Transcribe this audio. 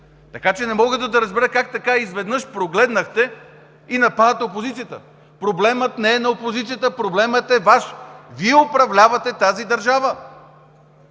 Така че не мога да разбера как така изведнъж прогледнахте и нападате опозицията. Проблемът не е на опозицията, проблемът е Ваш. Вие управлявате тази държава.